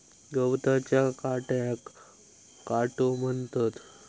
गवताच्या काट्याक काटो म्हणतत